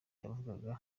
yavugaga